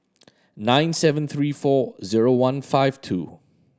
nine seven three four zero one five two